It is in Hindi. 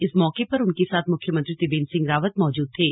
इस मौके पर उनके साथ मुख्यमंत्री त्रिवेंद्र सिंह रावत मौजूद थे